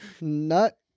Nut